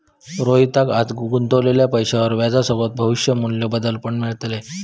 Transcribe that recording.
रोहितका आज गुंतवलेल्या पैशावर व्याजसोबत भविष्य मू्ल्य बदल पण मिळतले